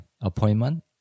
Appointment